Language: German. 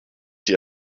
die